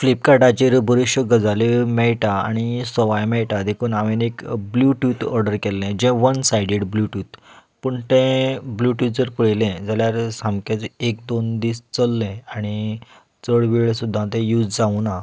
फ्लिपकार्टाचेर बऱ्योचशो गजाली मेळटा आनी सवाय मेळटा देखून हांवें एक ब्लूतूत ऑर्डर केल्लो जें वन सायडेड ब्लूतूत पूण तें ब्लूतूत जर पळयलें जाल्यार सामकेंच एक दोन दीस चल्लें आनी चड वेळ सुद्दां तें यूज जावंकना